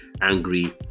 angry